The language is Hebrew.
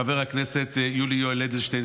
חבר הכנסת יולי יואל אדלשטיין,